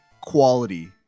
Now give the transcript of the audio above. quality